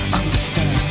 understand